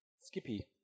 skippy